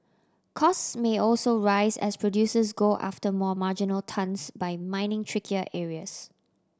costs may also rise as producers go after more marginal tons by mining trickier areas